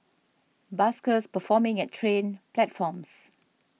buskers performing at train platforms